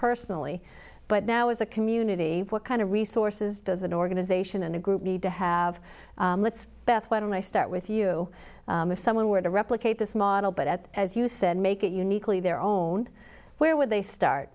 personally but now as a community what kind of resources does an organization and a group need to have let's beth why don't i start with you if someone were to replicate this model but at as you said make it uniquely their own where would they start